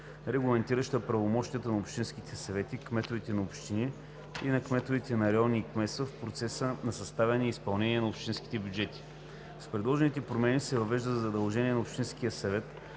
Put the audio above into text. регламентираща правомощията на общинските съвети, кметовете на общини и на кметовете на райони и кметства в процеса на съставяне и изпълнение на общинските бюджети. С предложените промени се въвежда задължение на общинския съвет